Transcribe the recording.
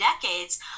decades